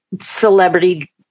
celebrity